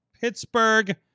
Pittsburgh